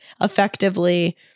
effectively